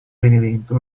benevento